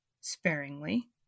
sparingly